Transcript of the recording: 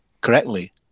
correctly